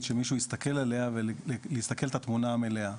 שמישהו הסתכל עליה ולהסתכל בתמונה המלאה.